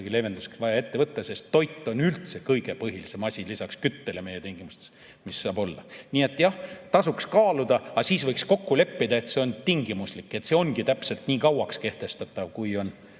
leevenduseks vaja ette võtta, sest toit on üldse kõige põhilisem asi lisaks küttele meie tingimustes. Nii et jah, tasuks kaaluda, aga võiks kokku leppida, et see on tingimuslik. See ongi täpselt nii kauaks kehtestatav, kui